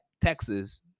Texas